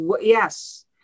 yes